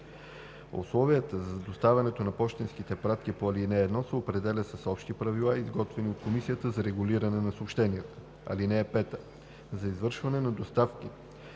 Условията за доставянето на пощенските пратки по ал. 1 се определят с общи правила, изготвени от Комисията за регулиране на съобщенията. (5) За извършване на доставката